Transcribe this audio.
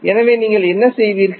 எனவே நீங்கள் என்ன செய்வீர்கள்